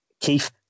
Keith